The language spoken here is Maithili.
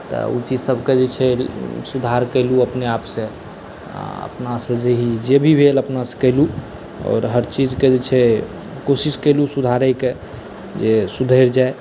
तऽ ओहि चीजसबके जे छै सुधार केलहुँ अपने आपसँ आओर अपनासँ जे भी भेल अपनासबके केलहुँ आओर हर चीजके जे छै कोशिश केलहुँ सुधारैके जे सुधरि जाए